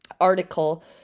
article